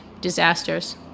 disasters